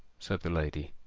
said the lady,